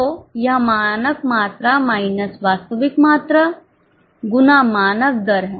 तो यह मानक मात्रा माइनस वास्तविक मात्रा गुना मानक दर है